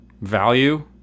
value